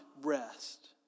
rest